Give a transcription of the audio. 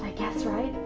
guess right?